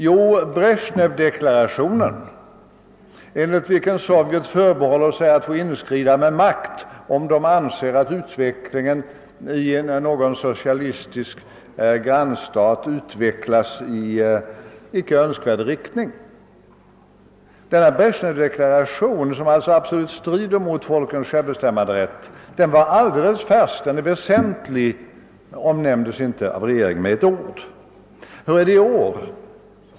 Jo, Brezjnevdeklarationen — enligt vilken Sovjet förbehåller sig att få inskrida med maktmedel, om det anses att skeendet i någon socialistisk grannstat utvecklas i icke önskvärd riktning — vilken deklaration absolut strider mot folkens självbestämmanderätt, var alldeles färsk. Den omnämndes inte med ett ord av regeringen, trots att den är väsentlig. Och hur är det i år?